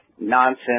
nonsense